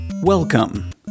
Welcome